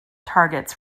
targets